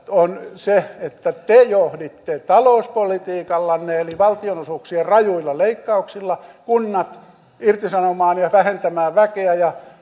on se että te johditte talouspolitiikallanne eli valtionosuuksien rajuilla leikkauksilla kunnat irtisanomaan ja vähentämään väkeä ja